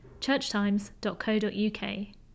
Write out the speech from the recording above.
churchtimes.co.uk